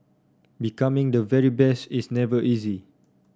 becoming the very best is never easy